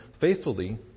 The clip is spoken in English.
faithfully